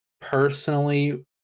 personally